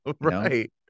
right